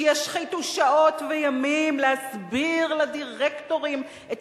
שישחיתו שעות וימים להסביר לדירקטורים את